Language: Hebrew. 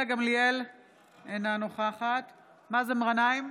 אינה נוכחת מאזן גנאים,